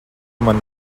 mani